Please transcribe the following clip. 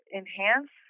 enhance